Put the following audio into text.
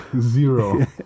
zero